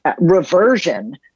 reversion